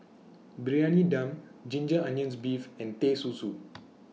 Briyani Dum Ginger Onions Beef and Teh Susu